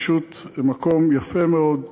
פשוט מקום יפה מאוד,